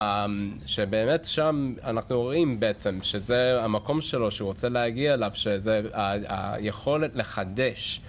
שבאמת שם אנחנו רואים בעצם שזה המקום שלו, שהוא רוצה להגיע אליו, שזה היכולת לחדש.